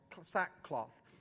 sackcloth